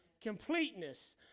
completeness